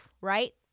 right